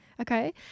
Okay